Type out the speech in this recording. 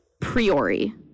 Priori